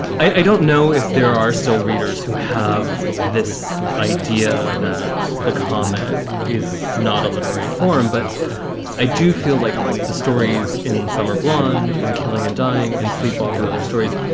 i don't know if there are still readers who have this idea that the comic is not a literary forum. but i do feel like the stories in some are blonde and killing and dying and sleepwalk and other stories.